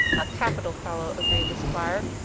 a capital fellow, agreed the squire.